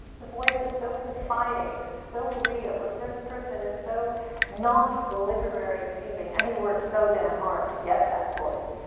the voice is so confiding, so real. the first person is so not literary seeming, and he worked so damn hard to get that voice.